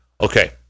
Okay